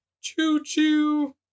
Choo-choo